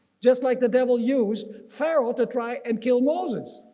just like the devil used pharaoh to try and kill moses.